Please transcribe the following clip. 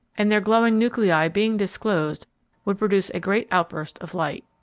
and their glowing nuclei being disclosed would produce a great outburst of light.